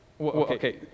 okay